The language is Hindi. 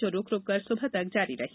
जो रूक रूक कर सुबह तक जारी रही